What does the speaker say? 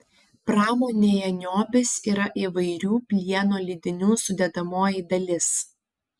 pramonėje niobis yra įvairių plieno lydinių sudedamoji dalis